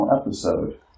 episode